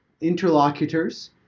interlocutors